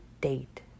date